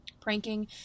pranking